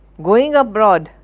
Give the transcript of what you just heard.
going aboard,